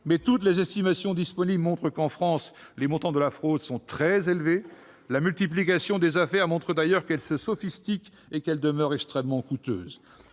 mais toutes les estimations disponibles montrent qu'en France les montants de la fraude sont très élevés. La multiplication des affaires prouve d'ailleurs que celle-ci se sophistique et qu'elle demeure extrêmement coûteuse.